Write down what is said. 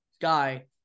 guy